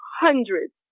hundreds